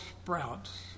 sprouts